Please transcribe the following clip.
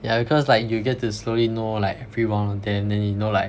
yeah because like you get to slowly know like every one of them then you know like